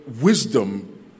wisdom